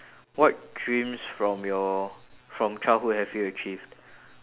what dreams from your from childhood have you achieved